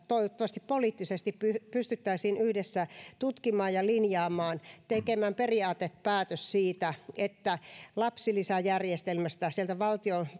toivottavasti poliittisesti pystyttäisiin yhdessä tutkimaan ja linjaamaan tekemään periaatepäätös siitä että lapsilisäjärjestelmästä sieltä valtion